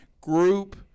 group